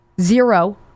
zero